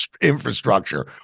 infrastructure